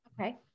Okay